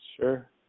Sure